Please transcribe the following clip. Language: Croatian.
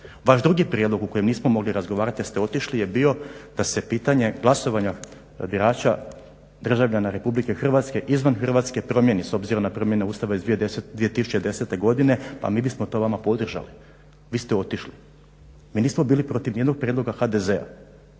Vaš drugi prijedlog o kojem nismo mogli razgovarati jer ste otišli je bio da se pitanje glasovanja birača državljana Republike Hrvatske izvan Hrvatske promijeni s obzirom na promjene Ustava iz 2010. godine. Pa mi bismo to vama podržali. Vi ste otišli. Mi nismo bili protiv ni jednog prijedloga HDZ-a,